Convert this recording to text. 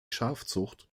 schafzucht